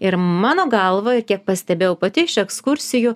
ir mano galva kiek pastebėjau pati iš ekskursijų